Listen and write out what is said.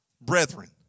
brethren